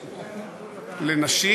לנשים,